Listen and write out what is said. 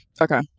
Okay